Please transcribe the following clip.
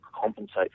compensate